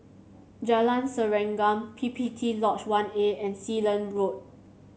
Jalan Serengam P P T Lodge One A and Sealand Road